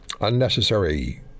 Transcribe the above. Unnecessary